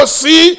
see